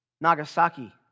Nagasaki